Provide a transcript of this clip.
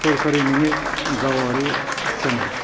सोरखारि नङि गावारि चेनेल